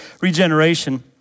Regeneration